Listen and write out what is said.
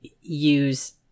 use